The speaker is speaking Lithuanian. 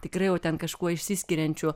tikrai jau ten kažkuo išsiskiriančių